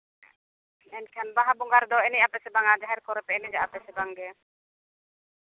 ᱢᱮᱱᱠᱷᱟᱱ ᱵᱟᱦᱟ ᱵᱚᱸᱜᱟ ᱨᱮᱫᱚ ᱮᱱᱮᱡ ᱟᱯᱮ ᱥᱮ ᱵᱟᱝ ᱡᱟᱦᱮᱨ ᱠᱚᱨᱮ ᱯᱮ ᱮᱱᱮᱡᱚᱜᱼᱟ ᱥᱮ ᱵᱟᱝᱜᱮ